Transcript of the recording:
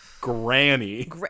granny